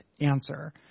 answer